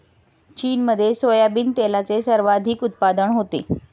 चीनमध्ये सोयाबीन तेलाचे सर्वाधिक उत्पादन होते